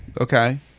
Okay